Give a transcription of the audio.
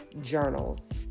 journals